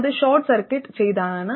അത് short circuit ചെയ്തതാണ്